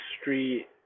street